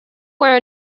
were